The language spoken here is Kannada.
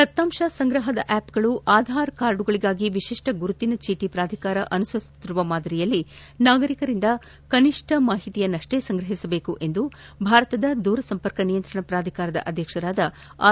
ದತ್ತಾಂಶ ಸಂಗ್ರಹದ ಆಪ್ಗಳು ಆಧಾರ್ ಕಾರ್ಡುಗಳಿಗಾಗಿ ವಿಶಿಷ್ಟ ಗುರಿತಿನ ಚೀಟ ಪ್ರಾಧಿಕಾರ ಅನುಸರಿಸುತ್ತಿರುವ ಮಾದರಿಯಲ್ಲಿ ನಾಗರಿಕರಿಂದ ಕನಿಷ್ಟ ಮಾಹಿತಿಯನ್ನಷ್ಟೇ ಸಂಗ್ರಹಿಸಬೇಕೆಂದು ಭಾರತದ ದೂರ ಸಂಪರ್ಕ ನಿಯಂತ್ರಣ ಪ್ರಾಧಿಕಾರದ ಅಧ್ಯಕ್ಷರಾದ ಆರ್